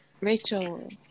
Rachel